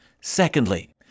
Secondly